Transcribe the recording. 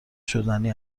شدنی